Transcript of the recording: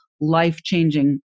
life-changing